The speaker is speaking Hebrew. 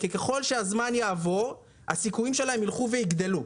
כי ככל שהזמן יעבור הסיכויים שלהם ילכו ויגדלו.